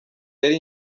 yari